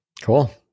Cool